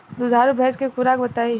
दुधारू भैंस के खुराक बताई?